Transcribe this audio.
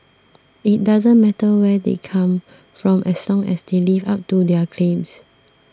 it doesn't matter where they come from as long as they live up to their claims